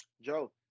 Joe